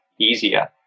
easier